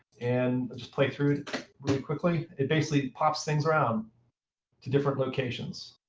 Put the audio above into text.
and let's just play through it really quickly. it basically pops things around to different locations.